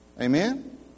amen